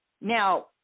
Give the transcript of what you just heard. Now